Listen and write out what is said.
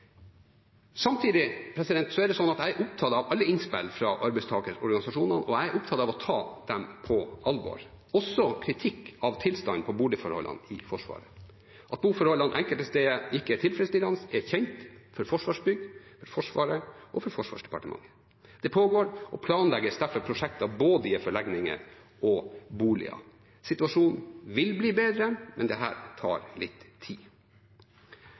er jeg opptatt av alle innspill fra arbeidstakerorganisasjonene, og jeg er opptatt av å ta dem på alvor – også kritikk av tilstanden på boligforholdene i Forsvaret. At boforholdene enkelte steder ikke er tilfredsstillende, er kjent for Forsvarsbygg, Forsvaret og Forsvarsdepartementet. Det pågår og planlegges derfor prosjekter både i forlegninger og i boliger. Situasjonen vil bli bedre, men dette tar litt tid.